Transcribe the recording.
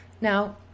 Now